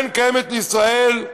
קרן קיימת לישראל,